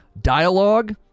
Dialogue